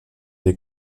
des